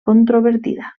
controvertida